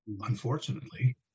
Unfortunately